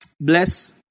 Bless